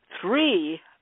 three